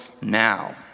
now